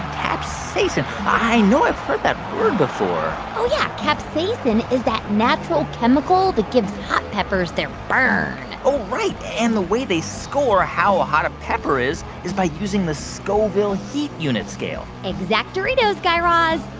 capsaicin i know i've heard that word before oh, yeah. capsaicin is that natural chemical that gives hot peppers their burn oh, right. and the way they score how a hot pepper is is by using the scoville heat unit scale exact-oritos, guy raz.